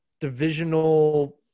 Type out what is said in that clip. divisional –